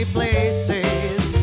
places